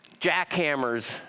jackhammers